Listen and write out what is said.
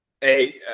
Hey